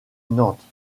nantes